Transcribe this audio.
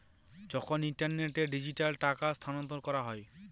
যখন ইন্টারনেটে ডিজিটালি টাকা স্থানান্তর করা হয়